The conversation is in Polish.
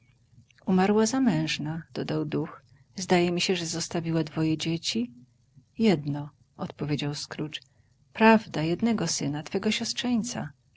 umarła zamężna dodał duch zdaje mi się że zostawiła dwoje dzieci jedno odpowiedział scrooge prawda jednego syna twego